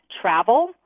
travel